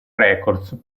records